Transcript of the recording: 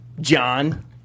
John